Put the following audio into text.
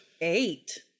Eight